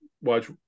watch